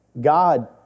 God